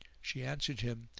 she answered him,